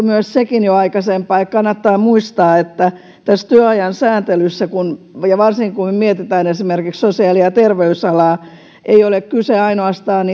myös sekin todettu jo aikaisemmin kannattaa muistaa että tässä työajan sääntelyssä varsinkin kun mietimme sosiaali ja terveysalaa ei ole kyse ainoastaan